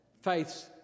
faiths